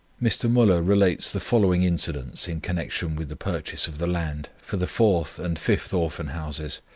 mr. muller relates the following incidents in connection with the purchase of the land for the fourth and fifth orphan-houses,